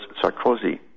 Sarkozy